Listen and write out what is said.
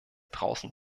draußen